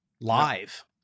live